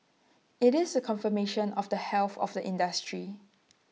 IT is A confirmation of the health of the industry